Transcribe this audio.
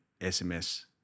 SMS